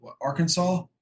Arkansas –